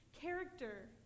character